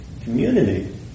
community